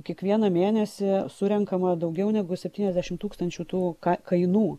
kiekvieną mėnesį surenkama daugiau negu septyniasdešim tūkstančių tų kainų